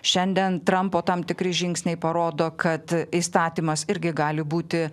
šiandien trampo tam tikri žingsniai parodo kad įstatymas irgi gali būti